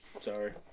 Sorry